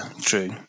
true